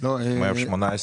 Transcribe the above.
משרד השיכון.